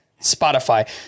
Spotify